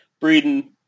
Breeden